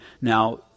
Now